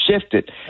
shifted